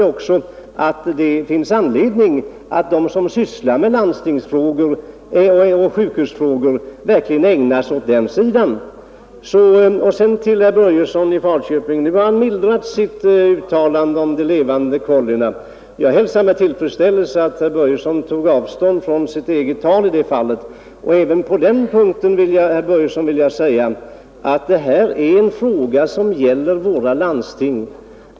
Jag tycker också att det finns anledning för dem som sysslar med sjukhusfrågor att verkligen ägna sig åt den sidan av saken. Herr Börjesson i Falköping har mildrat sitt uttalande om de levande kollina. Jag hälsar med tillfredsställelse att herr Börjesson tog avstånd från sitt eget tal i det fallet. På den punkten vill jag säga att detta är en fråga som gäller våra landsting.